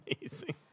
amazing